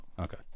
Okay